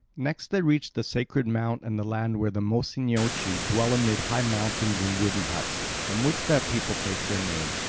next they reached the sacred mount and the land where the mossynoeci dwell amid high mountains in wooden huts, from which that people take their name.